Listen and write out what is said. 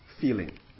feeling